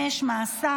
25) (מאסר